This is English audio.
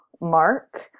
mark